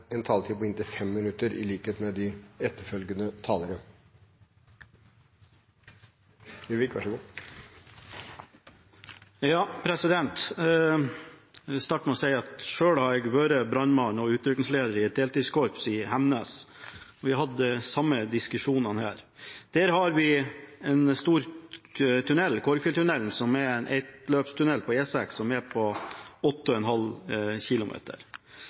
starte med å si at selv har jeg vært brannmann og utrykningsleder i et deltidskorps i Hemnes. Vi hadde samme diskusjoner der. Der har vi en stor tunnel, Korgfjelltunnelen, som er en ettløpstunnel på E6 på 8,5 km.